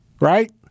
right